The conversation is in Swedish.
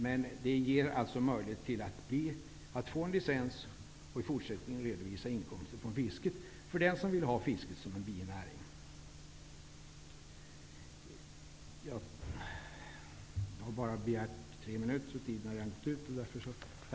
Men det ger möjlighet att få en licens och i fortsättningen redovisa inkomster från fisket för den som vill ha fisket som en binäring.